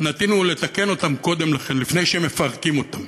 נטינו לתקן אותם קודם לכן, לפני שמפרקים אותם